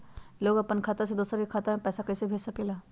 लोग अपन खाता से दोसर के खाता में पैसा कइसे भेज सकेला?